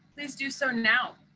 please do so now.